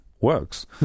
works